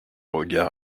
regard